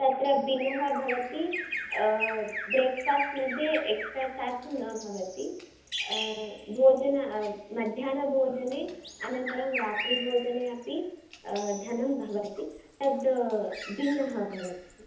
तत्र भिन्नः भवति ब्रेक्फ़ास्ट्मध्ये एक्स्टा चार्ज् न भवति भोजनं मध्याह्नभोजने अनन्तरं रात्रिभोजने अपि धनं भवति तद् भिन्नं भवति